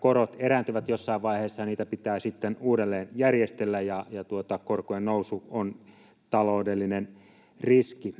korot erääntyvät jossain vaiheessa ja niitä pitää sitten uudelleen järjestellä, ja korkojen nousu on taloudellinen riski.